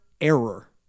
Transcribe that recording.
error